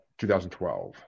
2012